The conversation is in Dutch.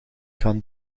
gaan